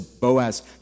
Boaz